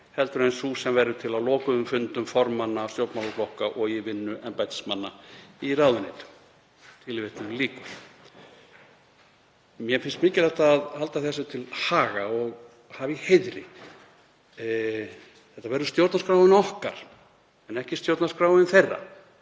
heldur en sú sem verður til á lokuðum fundum formanna stjórnmálaflokka og í vinnu embættismanna í ráðuneytum.“ Mér finnst mikilvægt að halda þessu til haga og hafa í heiðri. Þetta verður stjórnarskráin okkar en ekki stjórnarskráin þeirra.